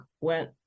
went